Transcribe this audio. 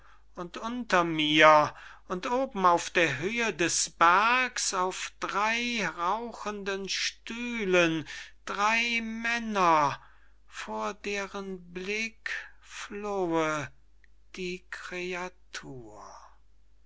und unter mir und oben auf der höhe des bergs auf drey rauchenden stühlen drey männer vor deren blick flohe die kreatur